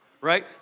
right